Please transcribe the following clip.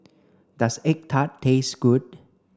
does egg tart taste good